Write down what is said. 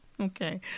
Okay